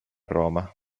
roma